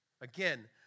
Again